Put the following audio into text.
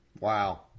Wow